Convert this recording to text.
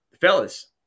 fellas